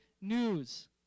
news